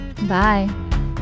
Bye